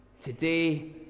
Today